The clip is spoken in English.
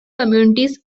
communities